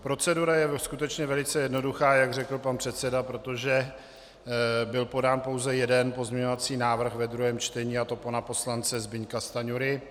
Procedura je skutečně velice jednoduchá, jak řekl pan předseda, protože byl podán pouze jeden pozměňovací návrh ve druhém čtení, a to pana poslance Zbyňka Stanjury.